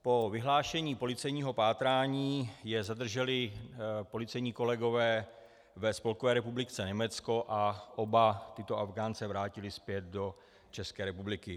Po vyhlášení policejního pátrání je zadrželi policejní kolegové ve Spolkové republice Německo a oba tyto Afghánce vrátili zpět do České republiky.